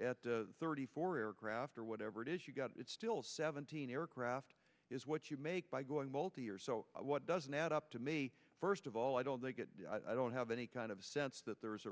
at thirty four aircraft or whatever it is you've got it still seventeen aircraft is what you make by going multi year so what doesn't add up to me first of all i don't think it i don't have any kind of sense that there is a